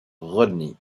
rodney